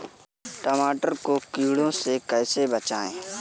टमाटर को कीड़ों से कैसे बचाएँ?